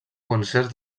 concerts